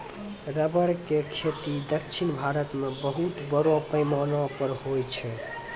rubber के खेती दक्षिण भारत मॅ बहुत बड़ो पैमाना पर होय छै